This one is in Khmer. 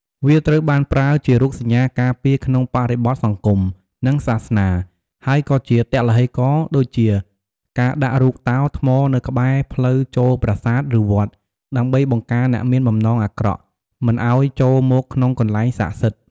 វាត្រូវបានប្រើជារូបសញ្ញាការពារក្នុងបរិបទសង្គម និងសាសនា ហើយក៏ជាទឡ្ហិករណ៍ដូចជាការដាក់រូបតោថ្មនៅក្បែរផ្លូវចូលប្រាសាទ ឬវត្ត ដើម្បីបង្ការអ្នកមានបំណងអាក្រក់ មិនឲ្យចូលមកក្នុងកន្លែងសក្តិសិទ្ធិ។